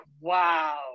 wow